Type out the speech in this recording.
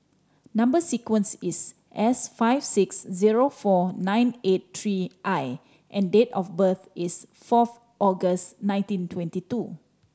number sequence is S five six zero four nine eight three I and date of birth is fourth August nineteen twenty two